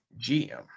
GM